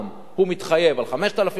הוא מתחייב על 5,000 מטר,